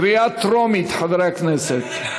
קריאה טרומית, חברי הכנסת.